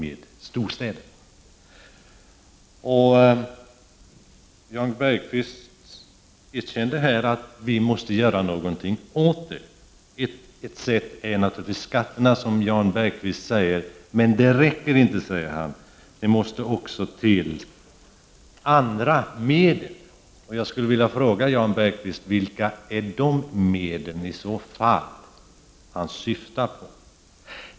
Jan Bergqvist erkände att vi måste göra någonting åt detta. Ett sätt är naturligtvis att använda skatterna, vilket Jan Bergqvist nämnde. Men detta räcker inte, säger han. Det måste också till andra medel. Jag skulle vilja fråga Jan Bergqvist: Vilka är de medel som han i så fall syftar på?